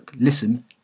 listen